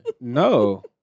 no